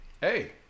hey